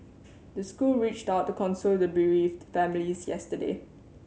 the school reached out to console the bereaved families yesterday